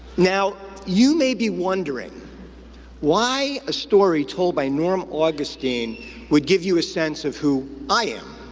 now, you may be wondering why a story told by norm augustine would give you a sense of who i am.